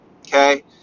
okay